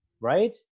right